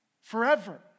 forever